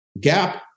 gap